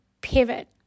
pivot